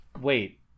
wait